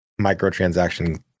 microtransaction